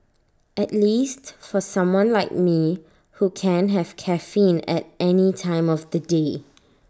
at least for someone like me who can have caffeine at any time of the day